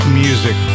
music